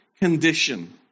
condition